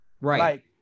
right